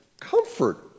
comfort